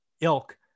ilk